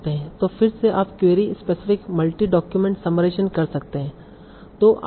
तो फिर से आप query specific multi document summarization कर सकते हैं